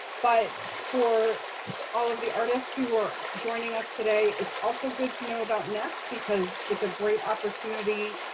but for all of the artists who are joining us today, it's also good to know about nest. because it's a great opportunity.